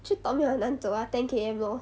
tree top 没有很难走啊 ten K_M lor